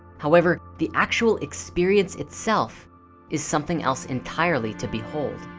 however, the actual experience itself is something else entirely to behold